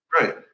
Right